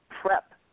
prep